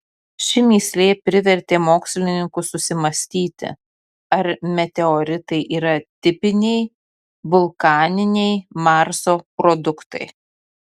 ši mįslė privertė mokslininkus susimąstyti ar meteoritai yra tipiniai vulkaniniai marso produktai